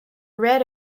read